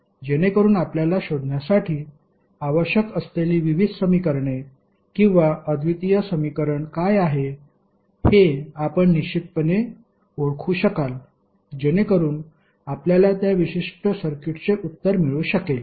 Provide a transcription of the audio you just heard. जेणेकरून आपल्याला शोधण्यासाठी आवश्यक असलेली विविध समीकरणे किंवा अद्वितीय समीकरण काय आहे हे आपण निश्चितपणे ओळखू शकाल जेणेकरुन आपल्याला त्या विशिष्ट सर्किटचे उत्तर मिळू शकेल